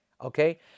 okay